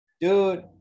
dude